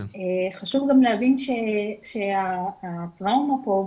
חשוב גם להבין שהטראומה פה,